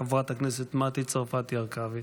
חברת הכנסת מטי צרפתי הרכבי.